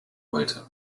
wollte